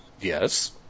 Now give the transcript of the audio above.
Yes